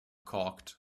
cocked